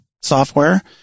software